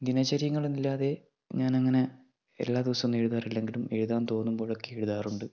ദിനചര്യങ്ങളെന്നില്ലാതെ ഞാനങ്ങനെ എല്ലാ ദിവസമൊന്നും എഴുതാറില്ലെങ്കിലും എഴുതാൻ തോന്നുമ്പോഴൊക്കെ എഴുതാറുണ്ട്